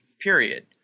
period